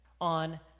on